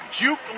juke